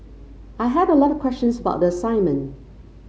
I had a lot of questions about the assignment